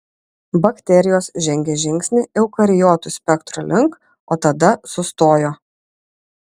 bakterijos žengė žingsnį eukariotų spektro link o tada sustojo